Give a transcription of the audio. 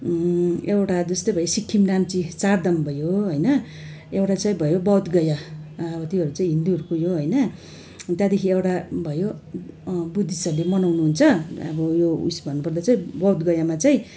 एउटा जस्तै भयो सिक्किम नाम्ची चारधाम भयो होइन एउटा चाहिँ भयो बोधगया अब त्योहरू चाहिँ हिन्दूहरूको यो होइन अनि त्यहाँदेखि एउटा यो भयो बुद्धिस्टहरूले मनाउनुहुन्छ अब यो उस भन्नुपर्दा चाहिँ बोधगयामा चाहिँ